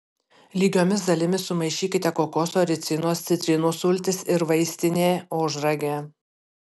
lygiomis dalimis sumaišykite kokoso ricinos citrinų sultis ir vaistinė ožragę